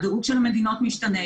הדירוג של המדינות משתנה,